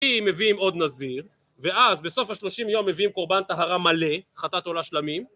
כי מביאים עוד נזיר ואז בסוף השלושים יום מביאים קורבן טהרה מלא חטאת עולה שלמים